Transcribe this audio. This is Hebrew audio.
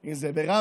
אם זה ברמלה,